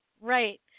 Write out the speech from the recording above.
Right